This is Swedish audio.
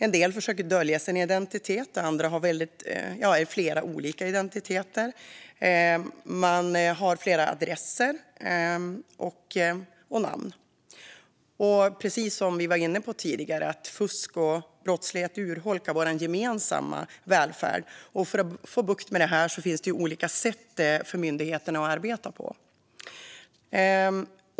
En del försöker dölja sin identitet, andra har flera olika identiteter och även adresser. Precis som vi var inne på tidigare urholkar fusk och brottslighet vår gemensamma välfärd. För att få bukt med detta finns det olika sätt för myndigheterna att arbeta på.